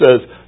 says